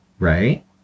Right